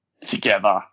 together